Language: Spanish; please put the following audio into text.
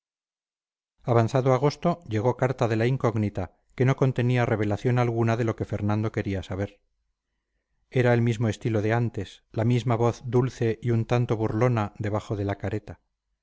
avanzado agosto llegó carta de la incógnita que no contenía revelación alguna de lo que fernando quería saber era el mismo estilo de antes la misma voz dulce y un tanto burlona debajo de la careta